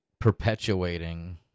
perpetuating